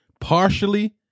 Partially